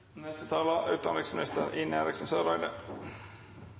Neste taler er